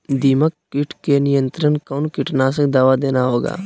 दीमक किट के नियंत्रण कौन कीटनाशक दवा देना होगा?